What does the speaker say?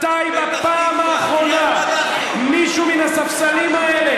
מתי בפעם האחרונה מישהו מן הספסלים האלה,